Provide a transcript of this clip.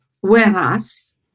Whereas